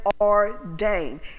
ordained